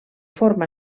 forma